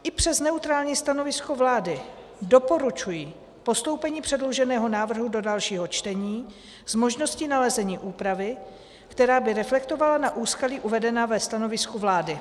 I přes neutrální stanovisko vlády doporučuji postoupení předloženého návrhu do dalšího čtení s možností nalezení úpravy, která by reflektovala na úskalí uvedená ve stanovisku vlády.